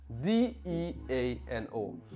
D-E-A-N-O